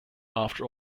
after